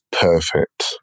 perfect